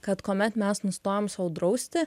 kad kuomet mes nustojam sau drausti